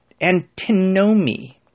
antinomy